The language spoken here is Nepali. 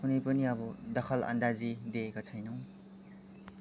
कुनै पनि अब दखलन्दाजी दिएका छैनौँ